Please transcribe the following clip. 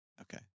okay